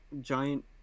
giant